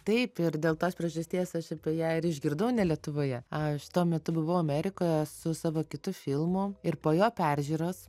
taip ir dėl tos priežasties aš apie ją ir išgirdau ne lietuvoje aš tuo metu buvau amerikoje su savo kitu filmu ir po jo peržiūros